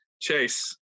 Chase